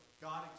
God